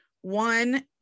One